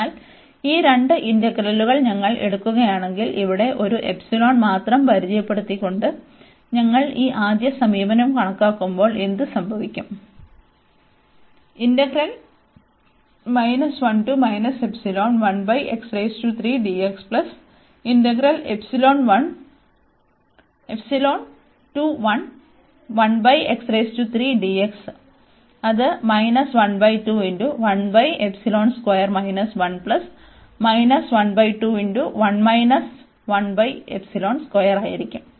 അതിനാൽ ഈ രണ്ട് ഇന്റഗ്രലുകൾ ഞങ്ങൾ എടുക്കുകയാണെങ്കിൽ ഇവിടെ ഒരു മാത്രം പരിചയപ്പെടുത്തിക്കൊണ്ട് ഞങ്ങൾ ഈ ആദ്യ സമീപനം കണക്കാക്കുമ്പോൾ എന്ത് സംഭവിക്കും അത് ആയിരിക്കും